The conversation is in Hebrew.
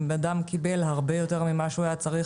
אם בן אדם קיבל הרבה יותר ממה שהוא היה צריך,